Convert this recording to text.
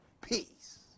Peace